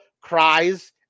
cries